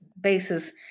basis